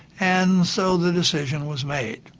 and so the decision was made.